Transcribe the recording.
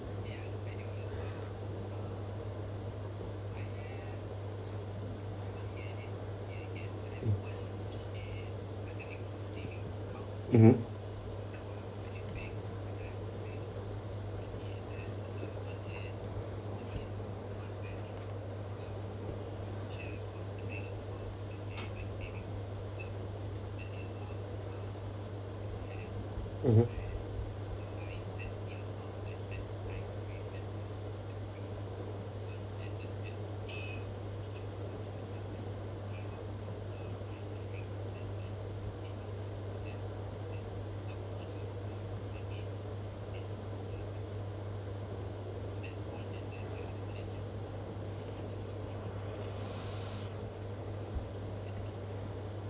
mmhmm mmhmm